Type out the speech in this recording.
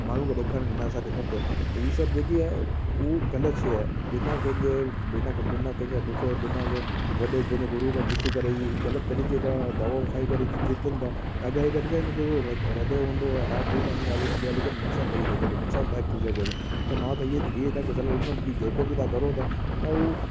माण्हूअ खे ॾेखारण न असांखे खपे त हीअ सभु जेकी आहे उहा ग़लति शइ आहे बिना कंहिंजे बिना क बिना कंहिंखां पुछे बिना कंहिं वॾे पंहिंजे गुरूअ खां पुछी करे हीउ ग़लति तरीक़े खां दवाऊं खाई करे जी जीतनि था त अॻारे करे छा हिन जो र ह्रदय हूंदो आहे हार्ट हूंदो आहे उन में हली अॻियां हली करे नुक़सानु थी सघे थो नुक़सायनदाक थी सघे थो त मां त इहो इहो तव्हांखे सलाह ॾींदुमि त जेको बि तव्हां करो था त उहो